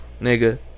Nigga